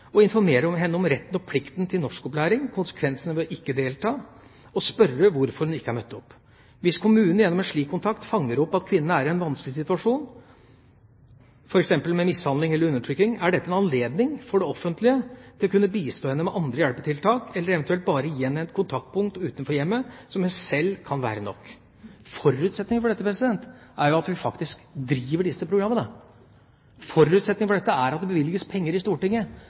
og informere henne om retten og plikten til norskopplæring, konsekvensene ved ikke å delta og spørre hvorfor hun ikke har møtt opp. Hvis kommunen gjennom en slik kontakt fanger opp at kvinnen er i en vanskelig situasjon, f.eks. med mishandling eller undertrykking, er dette en anledning for det offentlige til å kunne bistå henne med andre hjelpetiltak, eventuelt bare gi henne et kontaktpunkt utenfor hjemmet, noe som i seg sjøl kan være nok. Forutsetningen for dette er jo at vi faktisk driver dette programmet. Forutsetningen for dette er at det bevilges penger i Stortinget,